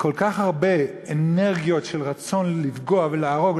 כל כך הרבה אנרגיות של רצון לפגוע ולהרוג,